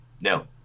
No